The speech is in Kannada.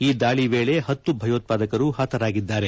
ಈ ದಾಳಿ ವೇಳೆ ಹತ್ತು ಭಯೋತ್ಪಾದಕರು ಹತರಾಗಿದ್ದಾರೆ